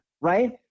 Right